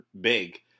big